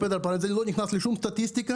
וזה לא נכנס לשום סטטיסטיקה,